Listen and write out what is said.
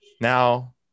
now